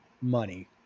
money